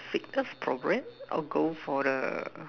fitness program or go for the